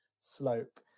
slope